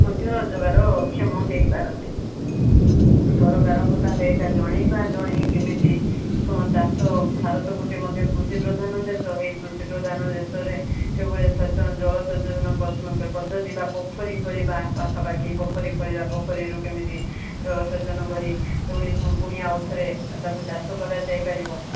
ମଧ୍ୟ ରୋଜଗାର କ୍ଷମ ହେଇପାରନ୍ତି ସରକାରଙ୍କୁ ତାହେଲେ ଏଇଟା ଜଣେଇବା ଜଣେଇ କେମିତି ସବୁ ଚାଷ ଭାରତ ଗୋଟେ ମଧ୍ୟ କୃଷିପ୍ରାଧାନ୍ୟ କୃଷିପ୍ରାଧାନ୍ୟ ଦେଶରେ କେବଳ ଜଳ ସଚେତନ ପଦ୍ଧତି ବା ପୋଖରୀ ଖୋଳିବା ପାଖାପାଖି ପୋଖରୀ ଖୋଳିବା ପୋଖରୀରୁ କେମିତି ଜଳସେଚନ କରି ପୁଣି ଆଉଥରେ ତାକୁ ଚାଷ କରାଯାଇପାରିବ